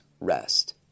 rest